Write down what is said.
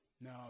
No